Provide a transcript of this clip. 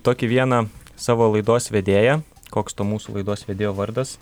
tokį vieną savo laidos vedėją koks to mūsų laidos vedėjo vardas